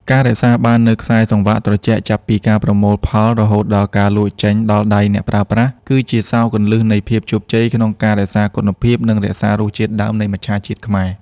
ការរក្សាបាននូវខ្សែសង្វាក់ត្រជាក់ចាប់ពីការប្រមូលផលរហូតដល់ការលក់ចេញដល់ដៃអ្នកប្រើប្រាស់ គឺជាសោរគន្លឹះនៃភាពជោគជ័យក្នុងការរក្សាគុណភាព និងរសជាតិដើមនៃមច្ឆជាតិខ្មែរ។